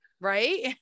Right